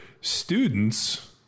students